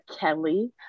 Kelly